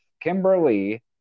Kimberly